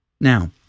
Now